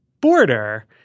border